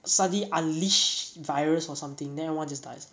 suddenly unleash virus or something then everyone just dies